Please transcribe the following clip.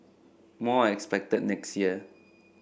more are expected next year